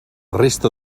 resta